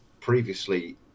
previously